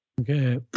Okay